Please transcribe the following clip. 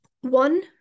one